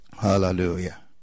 Hallelujah